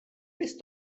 bys